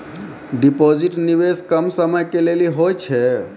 Deposit निवेश कम समय के लेली होय छै?